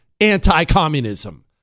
anti-communism